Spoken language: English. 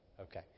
Okay